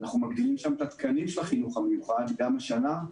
אנחנו מגדילים שם את התקנים של החינוך המיוחד גם השנה,